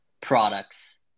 products